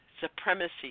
supremacy